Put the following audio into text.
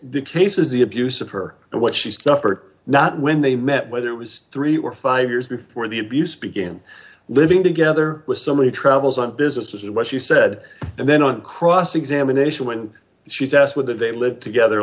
the case is the abuse of her and what she suffered not when they met whether it was three or five years before the abuse began living together with so many travels on business this is what she said and then on cross examination when she's asked what that they lived together